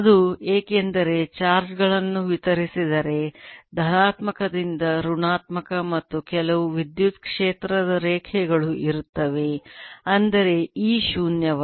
ಅದು ಏಕೆಂದರೆ ಚಾರ್ಜ್ ಗಳನ್ನು ವಿತರಿಸಿದರೆ ಧನಾತ್ಮಕದಿಂದ ಋಣಾತ್ಮಕ ಮತ್ತು ಕೆಲವು ವಿದ್ಯುತ್ ಕ್ಷೇತ್ರದ ರೇಖೆಗಳು ಇರುತ್ತವೆ ಅಂದರೆ E ಶೂನ್ಯವಲ್ಲ